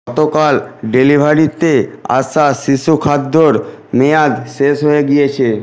গতকাল ডেলিভারিতে আসা শিশু খাদ্যর মেয়াদ শেষ হয়ে গিয়েছে